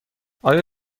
آیا